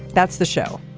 that's the show.